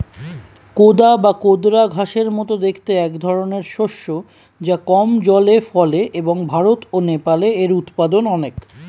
কোদা বা কোদরা ঘাসের মতো দেখতে একধরনের শস্য যা কম জলে ফলে এবং ভারত ও নেপালে এর উৎপাদন অনেক